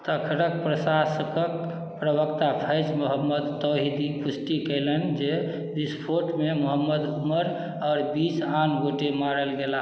तखरक प्रशासकक प्रवक्ता फैज मोहम्मद तैहिदी पुष्टि कयलनि जे विस्फोटमे मोहम्मद उमर आओर बीस आन गोटे मारल गेलाह